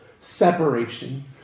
separation